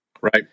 Right